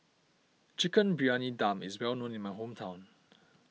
Chicken Briyani Dum is well known in my hometown